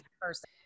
person